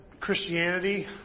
Christianity